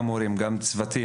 גם להורים וגם לצוותי